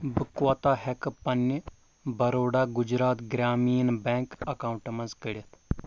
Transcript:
بہٕ کوٗتاہ ہٮ۪کہٕ پنٕنہِ بَروڈا گُجرات گرٛامیٖن بیٚنٛک اکاونٹہٕ منٛز کٔڈِتھ